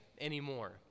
anymore